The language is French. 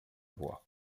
voix